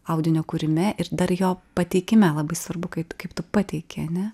audinio kūrime ir dar jo pateikime labai svarbu kaip kaip tu pateiki ane